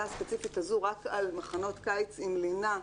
הספציפית הזו רק על מחנות קיץ עם לינה,